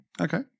Okay